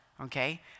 okay